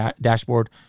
dashboard